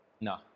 No